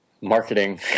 Marketing